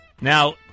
Now